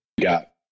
Got